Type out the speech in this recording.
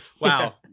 wow